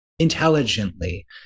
intelligently